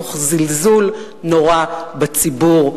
תוך זלזול נורא בציבור,